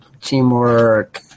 teamwork